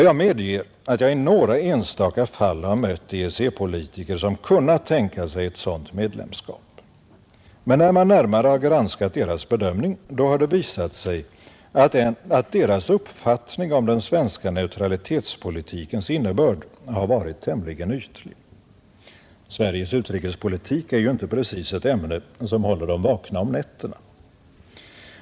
Jag medger att jag i några enstaka fall mött EEC-politiker som kunnat tänka sig ett sådant medlemskap. Men när man närmare granskat deras bedömning har det visat sig att deras uppfattning om den svenska neutralitetspolitikens innebörd varit tämligen ytlig. Sveriges utrikespolitik är ju inte precis ett ämne, som håller dem vakna om nätterna.